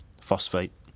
phosphate